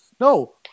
No